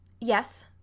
Yes